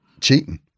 cheating